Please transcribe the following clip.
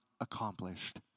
accomplished